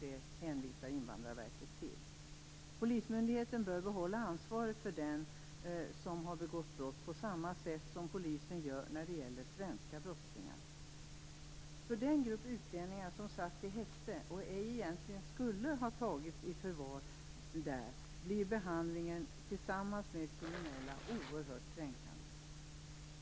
Det hänvisar Invandrarverket till. Polismyndigheten bör behålla ansvaret för den som har begått brott på samma sätt som polisen gör när det gäller svenska brottslingar. För den grupp utlänningar som satts i häkte och inte egentligen skulle ha tagits i förvar där, blir ju behandlingen tillsammans med kriminella oerhört kränkande.